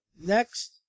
Next